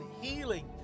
healing